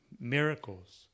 miracles